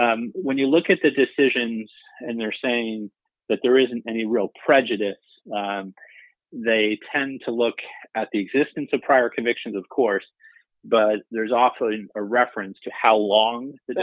to when you look at the decision and they're saying that there isn't any real prejudice they tend to look at the existence of prior convictions of course but there's often a reference to how long the